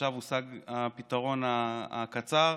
עכשיו הושג הפתרון לטווח הקצר,